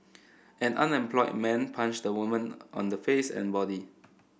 an unemployed man punched the woman on the face and body